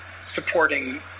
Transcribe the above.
supporting